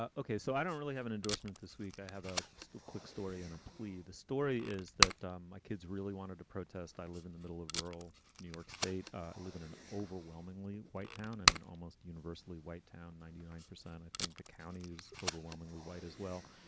ah okay. so i don't really have an endorsement this week. i have a two quick story and a plea. the story is that um my kids really wanted to protest. i live in the middle of rural new york state. i live in an overwhelmingly white town. i mean, almost universally white town, ninety nine percent. i think the county is overwhelmingly white as well.